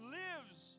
lives